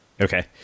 Okay